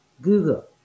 google